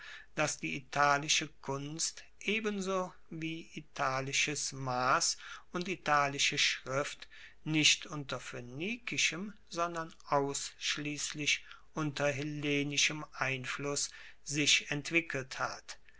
dass die italische kunst ebenso wie italisches mass und italische schrift nicht unter phoenikischem sondern ausschliesslich unter hellenischem einfluss sich entwickelt hat